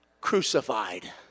crucified